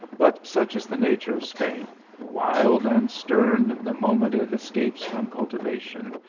but such is the nature of spain wild and stern the moment it es capes from cultivation,